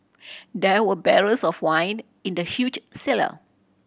there were barrels of wine in the huge cellar